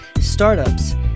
startups